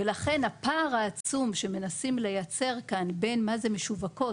ולכן הפער העצום שמנסים לייצר כאן בין מה זה משווקות